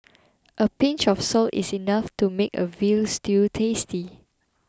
a pinch of salt is enough to make a Veal Stew tasty